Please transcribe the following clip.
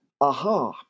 aha